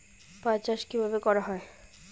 পাট চাষ কীভাবে করা হয়?